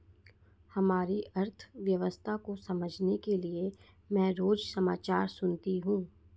हमारी अर्थव्यवस्था को समझने के लिए मैं रोज समाचार सुनती हूँ